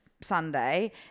Sunday